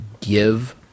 give